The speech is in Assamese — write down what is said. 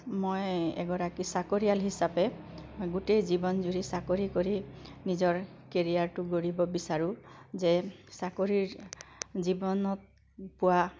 মই এগৰাকী চাকৰিয়াল হিচাপে গোটেই জীৱন জুৰি চাকৰি কৰি নিজৰ কেৰিয়াৰটো গঢ়িব বিচাৰোঁ যে চাকৰিৰ জীৱনত পোৱা